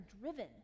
driven